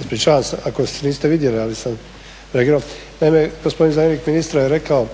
Ispričavam se ako niste vidjeli, ali sam reagirao. Naime, gospodin zamjenik ministra je rekao